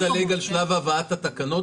אז רוצים לדלג על שלב הבאת התקנות?